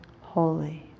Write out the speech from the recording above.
holy